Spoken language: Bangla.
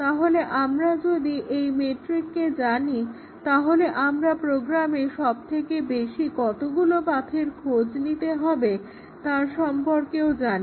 তাহলে আমরা যদি McCabe's মেট্রিককে জানি তাহলে আমরা প্রোগ্রামে সবথেকে বেশি কতগুলো পাথের খোঁজ করতে হবে তার সম্পর্কেও জানি